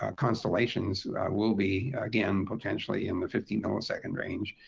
ah constellations will be, again, potentially in the fifty millisecond range,